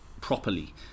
properly